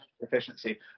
efficiency